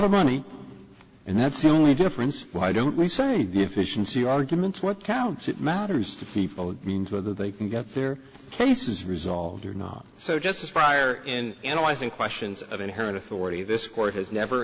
of money and that's the only difference why don't we say efficiency arguments what counts it matters to people means whether they can get their case is resolved or not so justice prior in analyzing questions of inherent authority this court has never